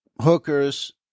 hookers